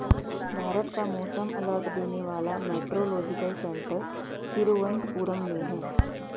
भारत का मौसम अलर्ट देने वाला मेट्रोलॉजिकल सेंटर तिरुवंतपुरम में है